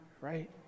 right